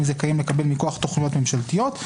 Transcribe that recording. זכאיים לקבל מכוח תוכניות ממשלתיות.